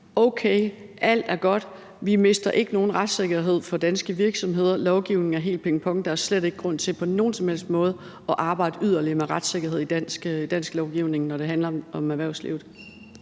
okay, alt er godt, vi mister ikke nogen retssikkerhed for danske virksomheder, lovgivningen er helt fin, der er slet ikke grund til på nogen som helst måde at arbejde yderligere med retssikkerhed i dansk lovgivning, når det handler om erhvervslivet?